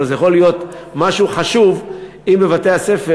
אבל זה יכול להיות משהו חשוב אם בבתי-הספר